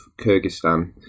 Kyrgyzstan